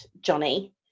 Johnny